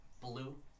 blue